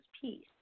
peace